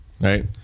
Right